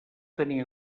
tenir